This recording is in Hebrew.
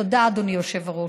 תודה, אדוני היושב-ראש.